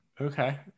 Okay